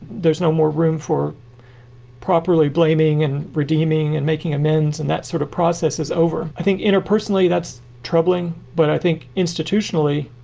there's no more room for properly blaming and redeeming and making amends. and that sort of process is over. i think interpersonally that's troubling. but i think institutionally,